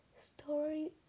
story